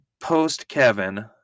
post-Kevin